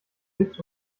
mit